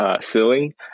Ceiling